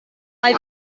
mae